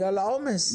בגלל העומס.